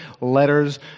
letters